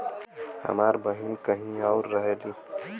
हमार बहिन कहीं और रहेली